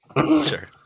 sure